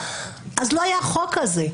אז לא היה חוק זה.